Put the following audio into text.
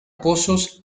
pozos